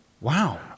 Wow